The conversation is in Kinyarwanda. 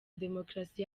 demokarasi